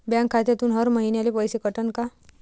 Bank खात्यातून हर महिन्याले पैसे कटन का?